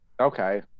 okay